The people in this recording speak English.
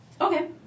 Okay